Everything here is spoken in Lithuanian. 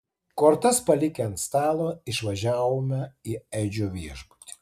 kortas palikę ant stalo išvažiavome į edžio viešbutį